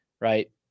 right